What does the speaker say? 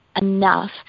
enough